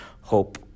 Hope